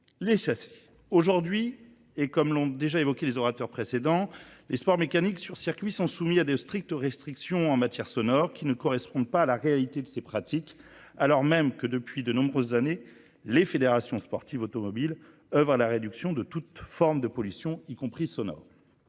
Les châssis. Aujourd'hui, et comme l'ont déjà évoqué les orateurs précédents, les sports mécaniques sur circuit sont soumis à des strictes restrictions en matière sonore qui ne correspondent pas à la réalité de ces pratiques, alors même que depuis de nombreuses années, les fédérations sportives automobiles œuvrent à la réduction de toute forme de pollution, y compris sonore.